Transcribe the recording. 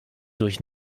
durch